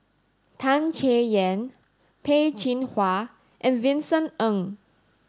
Tan Chay Yan Peh Chin Hua and Vincent Ng